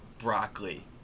Broccoli